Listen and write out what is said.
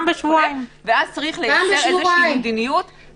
ואז צריך לייצר מדיניות- -- פעם בשבועיים.